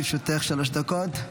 בבקשה, לרשותך שלוש דקות.